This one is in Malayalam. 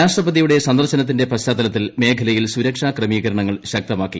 രാഷ്ട്രപതിയുടെ സന്ദർശനുത്തിന്റെ പശ്ചാത്തലത്തിൽ മേഖലയിൽ സുരക്ഷാ ക്രമീകരണങ്ങൾ ശക്തമാക്കി